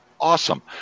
awesome